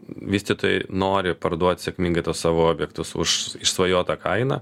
vystytojai nori parduot sėkmingai tuos savo objektus už išsvajotą kainą